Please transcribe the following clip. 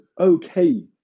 okay